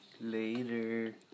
Later